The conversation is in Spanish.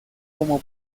como